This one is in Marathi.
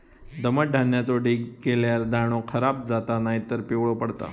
दमट धान्याचो ढीग केल्यार दाणो खराब जाता नायतर पिवळो पडता